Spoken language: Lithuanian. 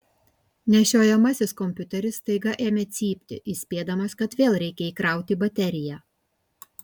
nešiojamasis kompiuteris staiga ėmė cypti įspėdamas kad vėl reikia įkrauti bateriją